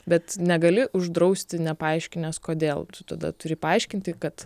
bet negali uždrausti nepaaiškinęs kodėl tada turi paaiškinti kad